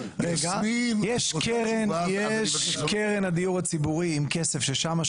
יש קרן הדיור הציבורי עם כסף ששם,